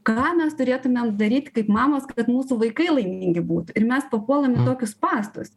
ką mes turėtumėm daryti kaip mamos kad mūsų vaikai laimingi būti ir mes papuolam į tokius spąstus